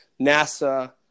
NASA